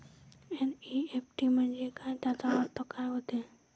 NEFT म्हंजे काय, त्याचा अर्थ काय होते?